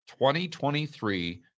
2023